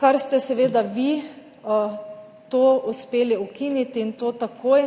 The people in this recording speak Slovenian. kar ste seveda vi uspeli ukiniti, in to takoj,